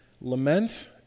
Lament